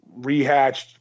rehatched